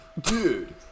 Dude